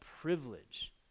privilege